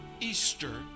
easter